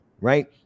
Right